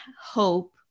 hope